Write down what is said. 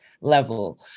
level